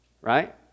right